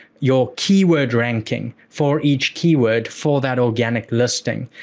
your keyword ranking for each keyword for that organic listing.